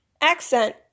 accent